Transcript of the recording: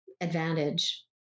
advantage